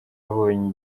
abonye